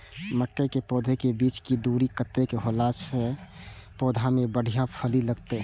मके के पौधा के बीच के दूरी कतेक होला से पौधा में बढ़िया फली लगते?